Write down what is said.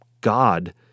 God